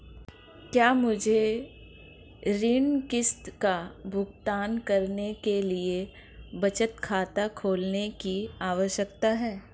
क्या मुझे ऋण किश्त का भुगतान करने के लिए बचत खाता खोलने की आवश्यकता है?